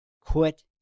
quit